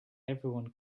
everyone